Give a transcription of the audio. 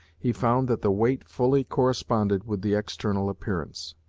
he found that the weight fully corresponded with the external appearance.